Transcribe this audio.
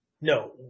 no